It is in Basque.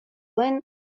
zuen